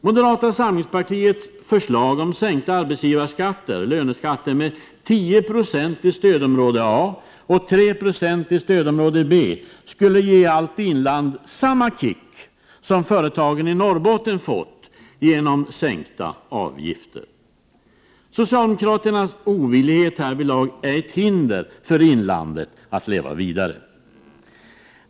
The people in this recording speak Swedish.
Moderata samlingspartiets förslag om sänkta arbetsgivarskatter — löneskatter — med 10 96 i stödområde A och 3 96 i stödområde B skulle ge allt inland samma kick som företagen i Norrbotten har fått genom sänkta avgifter. Socialdemokraternas ovillighet härvidlag är ett hinder för inlandet att leva vidare.